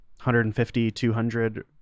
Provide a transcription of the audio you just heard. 150-200